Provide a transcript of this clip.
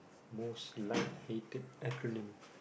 most like hated acronym